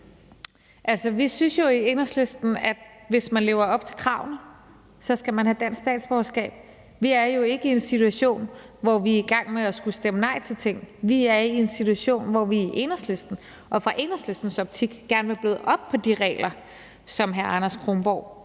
(EL): Vi synes jo i Enhedslisten, at hvis man lever op til kravene, skal man have dansk statsborgerskab. Vi er jo ikke i en situation, hvor vi er i gang med at skulle stemme nej til ting. Vi er en situation, hvor vi er Enhedslisten, og vi vil gerne i Enhedslistens optik bløde op på de regler, som hr. Anders Kronborgs